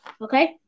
Okay